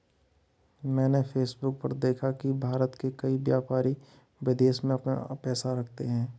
मैंने फेसबुक पर देखा की भारत के कई व्यापारी विदेश में अपना पैसा रखते हैं